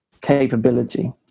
capability